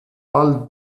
all